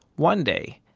one day,